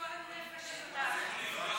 גועל נפש של התנהגות.